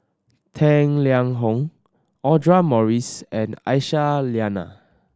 Tang Liang Hong Audra Morrice and Aisyah Lyana